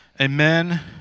amen